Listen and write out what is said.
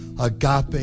agape